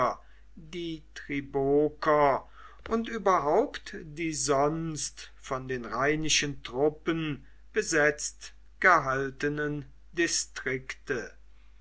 die triboker und überhaupt die sonst von den rheinischen truppen besetzt gehaltenen distrikte